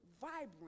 vibrant